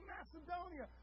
Macedonia